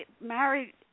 married